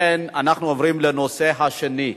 אנחנו עוברים לנושא השני.